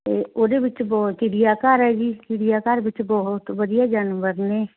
ਅਤੇ ਉਹਦੇ ਵਿੱਚ ਬਹੁਤ ਚਿੜੀਆ ਘਰ ਹੈ ਜੀ ਚਿੜੀਆ ਘਰ ਵਿੱਚ ਬਹੁਤ ਵਧੀਆ ਜਾਨਵਰ ਨੇ